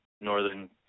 Northern